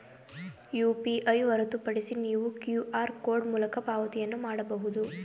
UPI ಹೊರತುಪಡಿಸಿ ನೀವು QR code ಮೂಲಕ ಪಾವತಿಯನ್ನು ಮಾಡಬಹುದು